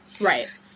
right